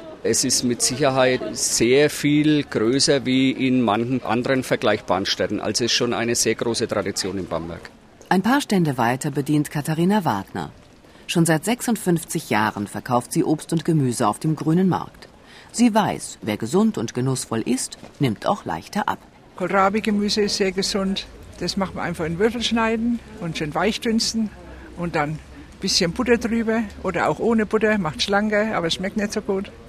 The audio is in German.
Es ist mit Sicherheit sehr viel größer wie in manchen anderen vergleichbaren Städten. Also es ist schon eine sehr große Tradition in Bamberg. Ein paar Stände weiter bedient Katharina Wagner. Schon seit 56 Jahren verkauft sie Obst und Gemüse auf dem grünen Markt. Sie weiß, wer gesund und genussvoll isst, nimmt auch leichter ab. Kohlrabi-Gemüse ist sehr gesund. Das macht man einfach in Würfel schneiden und schön weich dünsten und dann ein bisschen Butter drüber oder auch ohne Butter, macht's schlanker, aber schmeckt nicht so gut.